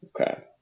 Okay